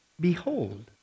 behold